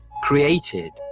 created